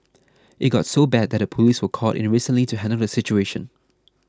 it got so bad that the police were called in recently to handle the situation